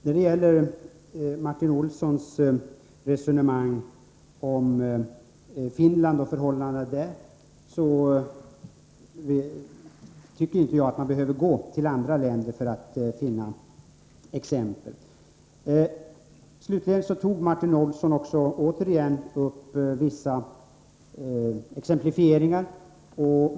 När det gäller Martin Olssons resonemang om Finland och förhållandena där tycker jag inte att man behöver gå till andra länder för att finna exempel. Slutligen tog Martin Olsson återigen upp vissa exempel.